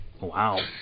Wow